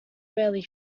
many